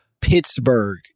Pittsburgh